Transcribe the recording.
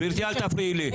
גברתי אל תפריעי לי,